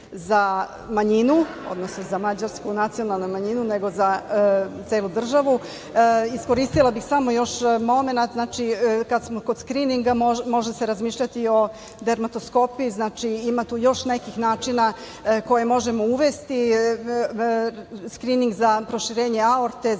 za manjinu, za Mađarsku nacionalnu manjinu, nego za celu državu. Iskoristila bih momenat, kada smo kod skrininga, može se razmišljati, dermatoskopije, još nekih načina koje možemo uvesti, skrinig za proširenje aorte,